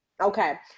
Okay